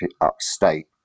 upstate